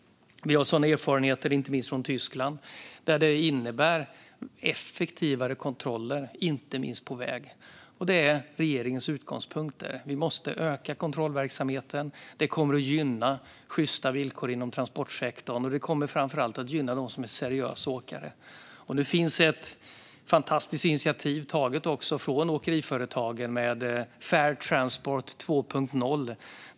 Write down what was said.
Vi har erfarenheter av sådant från inte minst Tyskland, där det innebär effektivare kontroller på väg. Det är regeringens utgångspunkt att vi måste öka kontrollverksamheten. Det kommer att gynna sjysta villkor inom transportsektorn, och det kommer framför allt att gynna dem som är seriösa åkare. Det finns ett fantastiskt initiativ som har tagits av åkeriföretagen med Fair Transport 2.0.